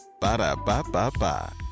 Ba-da-ba-ba-ba